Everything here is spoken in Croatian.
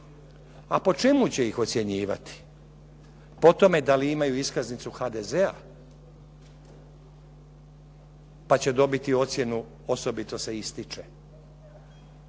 A po čemu će ih ocjenjivati? Po tome da li imaju iskaznicu HDZ-a, pa će dobiti ocjenu osobito se ističe,